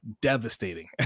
devastating